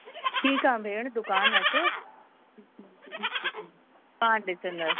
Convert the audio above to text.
ठीकु आहे भेण दुकानु अचो पाण ॾिसंदासीं